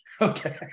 Okay